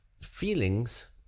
feelings